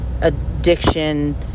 addiction